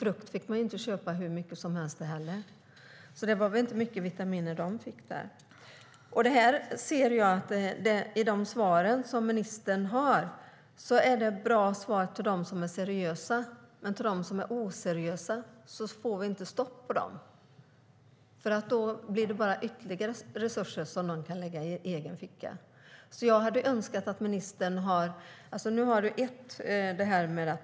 De fick inte köpa hur mycket frukt som helst heller, så det var väl inte mycket vitaminer barnen fick. De svar ministern har är bra för dem som är seriösa, men de oseriösa får vi inte stopp på. Det blir bara ytterligare resurser de kan lägga i sin egen ficka.